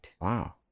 wow